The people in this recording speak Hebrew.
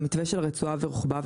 המתווה של הרצועה ורוחבה,